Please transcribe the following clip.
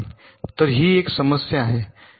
तर ही एक समस्या आहे